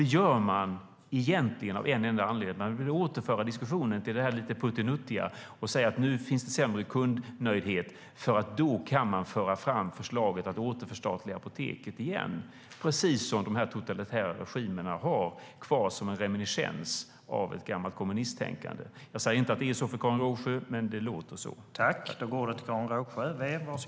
Det gör man egentligen av en enda anledning: Man vill återföra diskussionen till det lite puttenuttiga och säga att det finns sämre kundnöjdhet, för då kan man föra fram förslaget att återförstatliga apoteken igen, gå till precis det som de totalitära regimerna har kvar som en reminiscens av ett gammalt kommunisttänkande. Jag säger inte att det är så för Karin Rågsjö - men det låter så.